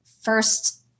first